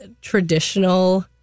traditional